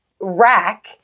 rack